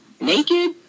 naked